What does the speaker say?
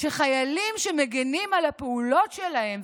שחיילים שמגינים על הפעולות שלהם,